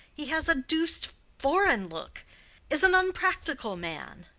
he has a deuced foreign look is an unpractical man.